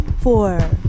four